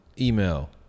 email